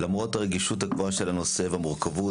למרות הרגישות הגבוהה של הנושא והמורכבות,